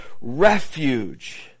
refuge